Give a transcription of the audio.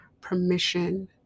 permission